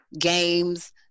games